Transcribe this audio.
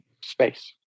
space